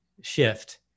shift